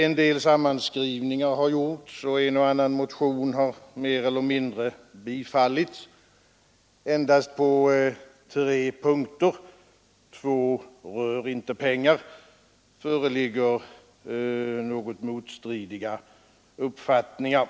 En del sammanskrivningar har gjorts, varigenom en eller annan motion mer eller mindre tillstyrkts. Endast på tre punkter — två av dem rör inte pengar — föreligger något motstridiga uppfattningar.